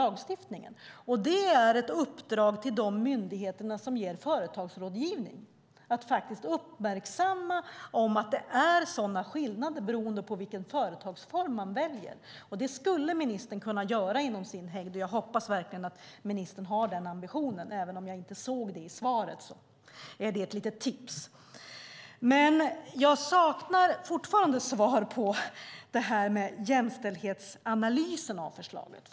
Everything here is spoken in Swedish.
Det vore bra om han kunde ge ett uppdrag till de myndigheter som ger företagsrådgivning att de ska uppmärksamma att det finns sådana skillnader beroende på vilken företagsform man väljer. Det skulle ministern kunna göra inom sitt ansvarsområde, och jag hoppas att han har den ambitionen, även om jag inte kan utläsa det av svaret. Det är ett litet tips. Jag saknar fortfarande svar på frågan om jämställdhetsanalys av förslaget.